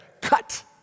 cut